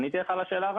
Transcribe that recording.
עניתי לך על השאלה?